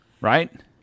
Right